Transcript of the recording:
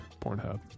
Pornhub